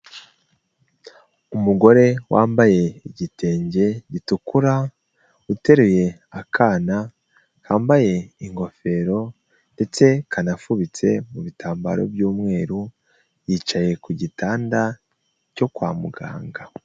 Umugore wambaye igitenge gitukura uteruye akana kambaye ingofero ndetse kanafubitse mu bitambaro by'umweru yicaye ku gitanda cyo kwa muganga.